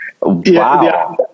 Wow